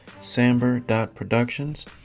samber.productions